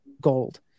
gold